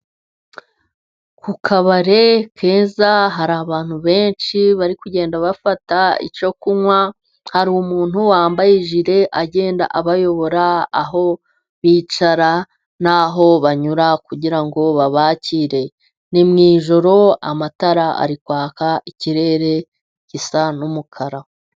Ku kabari keza, hari abantu benshi bari kugenda bafata icyo kunywa, hari umuntu wambaye ijile agenda abayobora aho bicara n’aho banyura kugira ngo babakire. Ni mu ijoro, amatara ari kwaka, ikirere gisa n’umukara.